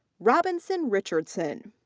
robinson richardson.